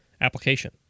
application